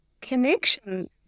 connection